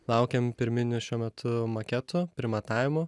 laukiam pirminių šiuo metu maketų primatavimų